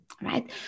right